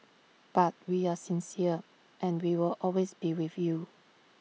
but we are sincere and we will always be with you